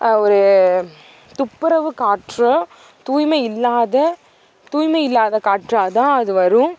ஒரு துப்புரவு காற்றோ தூய்மை இல்லாத தூய்மை இல்லாத காற்றாக தான் அது வரும்